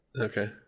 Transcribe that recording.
Okay